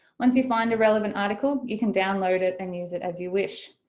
once you find a relevant article you can download it and use it as you wish.